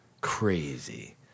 crazy